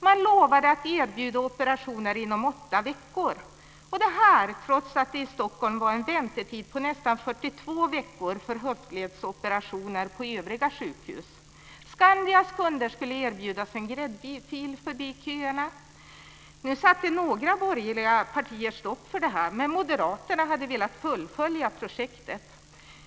Man lovade att erbjuda operationer inom åtta veckor - trots att det i Stockholm var en väntetid på nästan 42 veckor för höftledsoperationer på övriga sjukhus. Skandias kunder skulle erbjudas en gräddfil förbi köerna. Några borgerliga partier satte stopp för detta, men Moderaterna hade velat fullfölja projektet.